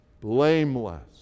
blameless